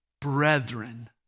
Brethren